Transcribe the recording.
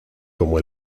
como